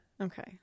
Okay